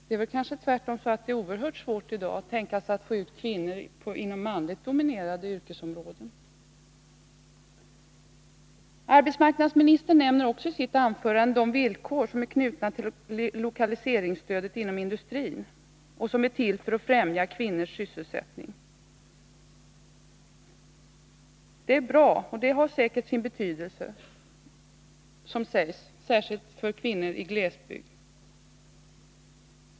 Det är kanske tvärtom så att det är oerhört svårt att i dag tänka sig att få in kvinnorna på manligt dominerade yrkesområden. Arbetsmarknadsministern nämner också i sitt anförande de villkor som är knutna till lokaliseringsstödet inom industrin och som är till för att främja kvinnors sysselsättning. De är bra. Och de har säkert sin betydelse, särskilt för kvinnor i glesbygd.